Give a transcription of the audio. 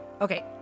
Okay